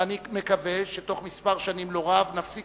ואני מקווה שתוך מספר שנים לא רב נפסיק